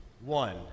one